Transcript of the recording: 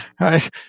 right